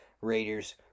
Raiders